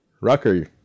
Rucker